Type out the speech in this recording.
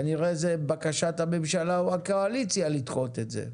כנראה זה בקשת הממשלה או הקואליציה לדחות את זה.